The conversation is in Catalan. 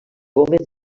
gómez